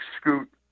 Scoot